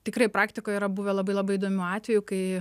tikrai praktikoj yra buvę labai labai įdomių atvejų kai